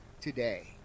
today